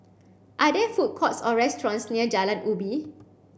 are there food courts or restaurants near Jalan Ubi